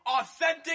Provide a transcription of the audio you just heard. authentic